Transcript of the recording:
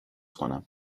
کنم